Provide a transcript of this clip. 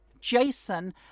Jason